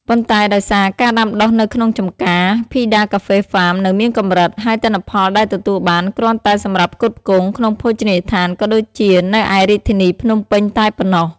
ប៉ុន្តែដោយសារ ការដាំដុះនៅក្នុងចម្ការ ភីដាកាហ្វេហ្វាមនៅមានកម្រិត ហើយទិន្នផលដែលទទួលបាន គ្រាន់តែសម្រាប់ផ្គត់ផ្គង់ ក្នុងភោជនីយដ្ឋានក៏ដូចជានៅឯរាជធានីភ្នំពេញតែប៉ុណ្ណោះ។